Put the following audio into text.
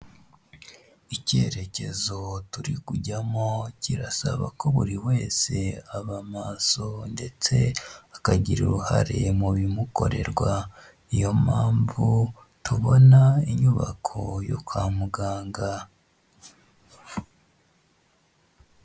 Icyerekezo turi kujyamo kirasaba ko buri wese aba maso ndetse akagira uruhare mu bimukorerwa, niyo mpamvu tubona inyubako yo kwa muganga.